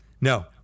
No